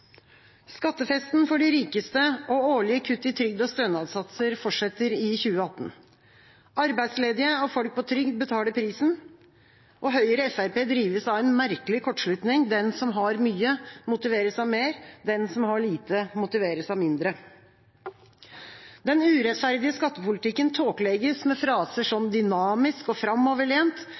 Skattefesten for de rikeste og årlige kutt i trygd og stønadssatser fortsetter i 2018. Arbeidsledige og folk på trygd betaler prisen. Høyre og Fremskrittspartiet drives av en merkelig kortslutning: Den som har mye, motiveres av mer, den som har lite, motiveres av mindre. Den urettferdige skattepolitikken tåkelegges med fraser som «dynamisk» og